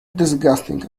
disgusting